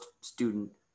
student